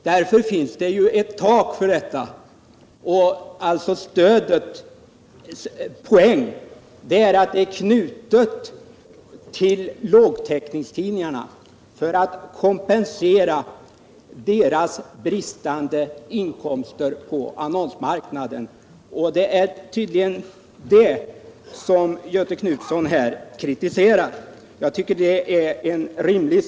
Därför finns det ett tak, och poängen med stödet är att det är knutet till lågtäckningstidningarna för att kompensera deras bristande inkomster på annonsmarknaden. Det är tydligen det Göthe Knutson här kritiserar. Jag tycker att det stödet är rimligt.